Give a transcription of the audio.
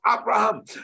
Abraham